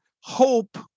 hope